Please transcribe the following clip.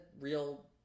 real